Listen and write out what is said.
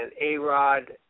A-Rod